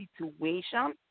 situation